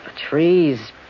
trees